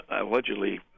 allegedly